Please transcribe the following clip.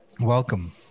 Welcome